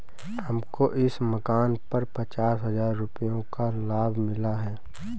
हमको इस मकान पर पचास हजार रुपयों का लाभ मिला है